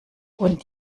und